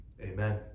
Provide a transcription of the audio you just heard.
Amen